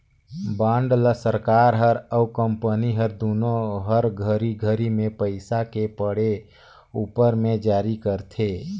bond ल सरकार हर अउ कंपनी हर दुनो हर घरी घरी मे पइसा के पड़े उपर मे जारी करथे